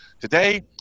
Today